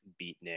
beatnik